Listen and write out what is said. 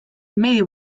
medio